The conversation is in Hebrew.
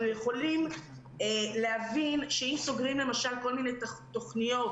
יכולים להבין שאם סוגרים למשל כל מיני תוכניות